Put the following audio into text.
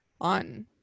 on